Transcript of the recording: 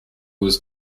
was